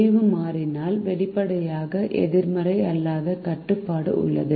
முடிவு மாறியில் வெளிப்படையான எதிர்மறை அல்லாத கட்டுப்பாடு உள்ளது